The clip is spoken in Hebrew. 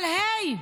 אבל היי,